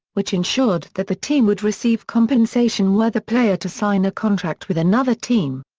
which ensured that the team would receive compensation were the player to sign a contract with another team.